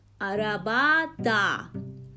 arabada